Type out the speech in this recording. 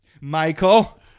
Michael